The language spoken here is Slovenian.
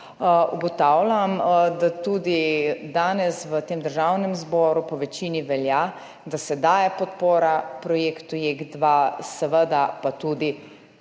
Ugotavljam, da tudi danes v tem državnem zboru po večini velja, da se daje podpora projektu JEK2, seveda pa tudi